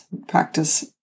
practice